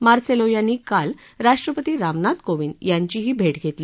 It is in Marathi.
मार्सेलो यांनी काल राष्ट्रपती रामनाथ कोविंद यांचीही भेट घेतली